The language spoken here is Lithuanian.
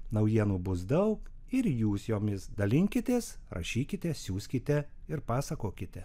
naujienų bus daug ir jūs jomis dalinkitės rašykite siųskite ir pasakokite